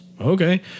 okay